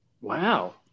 wow